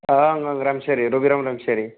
अ आङो रामसियारि रबिराम रामसियारि